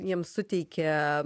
jiems suteikė